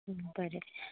बरें